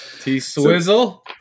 T-Swizzle